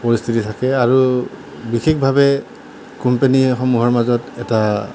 পৰিস্থিতি থাকে আৰু বিশেষভাৱে কোম্পানীসমূহৰ মাজত এটা